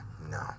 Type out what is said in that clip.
no